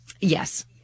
Yes